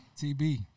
TB